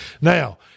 Now